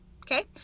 Okay